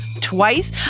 twice